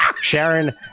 Sharon